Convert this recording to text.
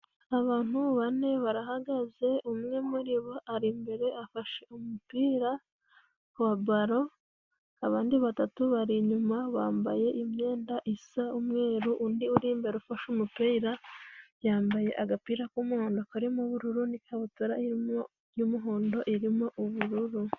Abantu bane barahagaze. Umwe muribo ari imbere afashe umupira wa baro abandi batatu bari inyuma bambaye imyenda isa umweru undi uririmba rufashe umupira yambaye agapira k'umuhondo karimo ubururu n'ikabutura y'umuhondo irimo ubururu.